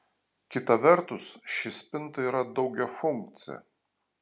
kita vertus ši spinta yra daugiafunkcė